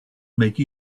make